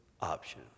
option